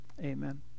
Amen